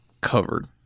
covered